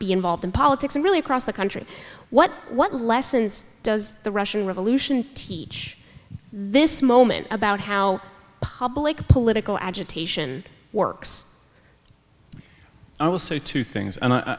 be involved in politics and really across the country what what lessons does the russian revolution teach this moment about how public political agitation works i will say two things and i